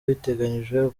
biteganyijwe